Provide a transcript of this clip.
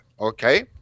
okay